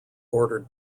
ordered